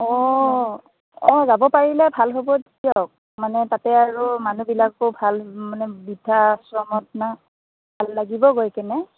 অ অ যাব পাৰিলে ভাল হ'ব দিয়ক মানে তাতে আৰু মানুহবিলাকো ভাল মানে বৃদ্ধাশ্ৰমত না ভাল লাগিব গৈকেনে